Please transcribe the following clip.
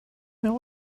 know